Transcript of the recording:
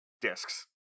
discs